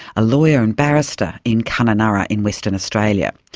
a lawyer and barrister in kununurra in western australia.